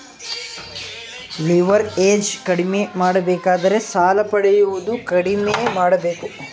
leverage ಕಡಿಮೆ ಮಾಡಬೇಕಾದರೆ ಸಾಲ ಪಡೆಯುವುದು ಕಡಿಮೆ ಮಾಡಬೇಕು